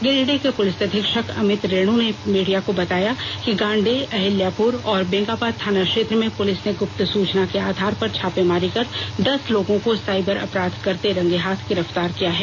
गिरिडीह के पूलिस अधीक्षक अमित रेण् ने मीडिया को बताया कि गांडेय अहिल्यापुर और बेंगाबाद थाना क्षेत्र में पुलिस ने गुप्त सूचना के आधार पर छापेमारी कर दस लोगों को साइबर अपराध करते रंगे हाथ गिरफ्तार किए हैं